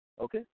Okay